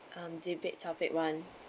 um debate topic one